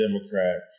Democrats